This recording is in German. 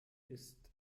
ist